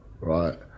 right